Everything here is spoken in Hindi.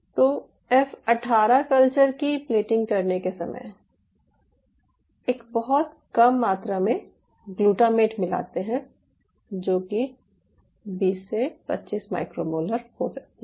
तो एफ 18 कल्चर की प्लेटिंग करने के समय एक बहुत कम मात्रा में ग्लूटामेट मिलाते हैं जो कि 20 से 25 माइक्रोमोलर हो सकती है